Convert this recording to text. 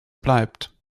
bleibt